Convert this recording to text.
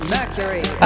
Mercury